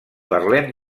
parlem